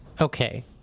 okay